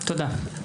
תודה.